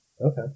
Okay